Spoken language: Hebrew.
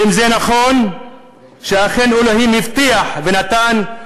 ואם זה נכון שאכן אלוהים הבטיח ונתן,